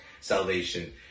salvation